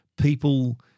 people –